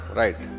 right